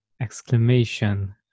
exclamation